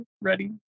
ready